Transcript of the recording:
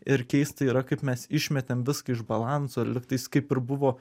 ir keista yra kaip mes išmetėm viską iš balanso lygtais kaip ir buvo